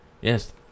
Yes